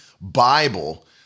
Bible